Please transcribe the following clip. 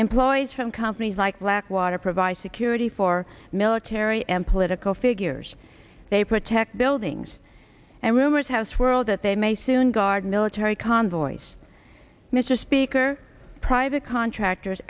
employees from companies like blackwater provide security for military and political figures they protect buildings and rumors house world that they may soon guard military convoys mr speaker private contractors